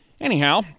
anyhow